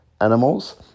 animals